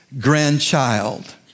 grandchild